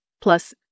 Plus